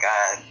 God